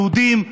יהודים,